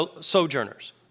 sojourners